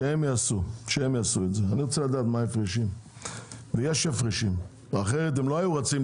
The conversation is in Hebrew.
שהם יעשו את זה, יש הפרשים ואני רוצה לדעת מה הם.